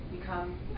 become